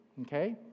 Okay